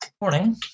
morning